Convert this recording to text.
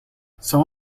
some